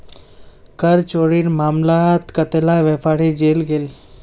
कर चोरीर मामलात कतेला व्यापारी जेल गेल